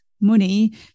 money